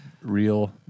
Real